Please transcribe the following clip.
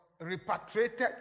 repatriated